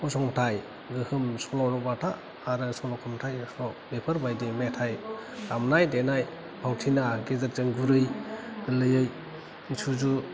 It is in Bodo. फसंथाय गोहोम सल' बाथा आरो सल' खन्थायफ्राव बेफोर बायदि मेथाय दामनाय देनाय भावथिना गेजेरजों गुरै गोरलैयै सुजु